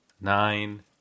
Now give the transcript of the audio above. Nine